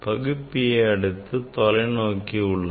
பகுப்பியை அடுத்து தொலைநோக்கி உள்ளது